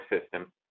system